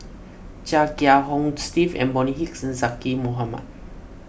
Chia Kiah Hong Steve and Bonny Hicks Zaqy Mohamad